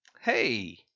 Hey